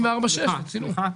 סליחה,